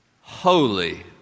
holy